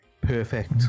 Perfect